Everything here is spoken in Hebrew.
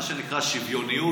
מה שנקרא שוויוניות.